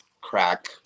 crack